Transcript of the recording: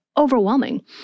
overwhelming